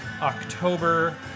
October